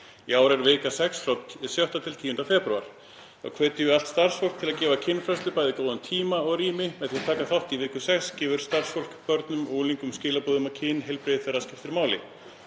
Í ár er vika 6 frá 6.–10. febrúar. Þá hvetjum við allt starfsfólk til að gefa kynfræðslu bæði góðan tíma og rými. Með því taka þátt í viku 6 gefur starfsfólk börnum og unglingum skilaboð um að kynheilbrigði þeirra skipti máli.